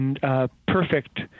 perfect